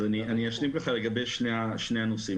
אני אשלים לגבי שני הנושאים.